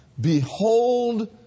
Behold